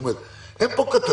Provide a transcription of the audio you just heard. זאת אומרת, אין פה קטסטרופה.